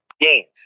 Games